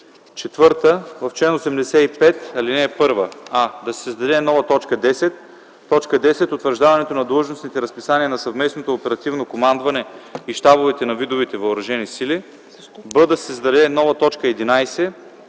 4. В чл. 85, ал. 1: а) да се създаде нова т. 10: „10. Утвърждаването на длъжностните разписания на Съвместното оперативно командване и Щабовете на видовете въоръжени сили”. б) да се създаде нова т. 11: